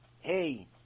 hey